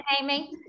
Amy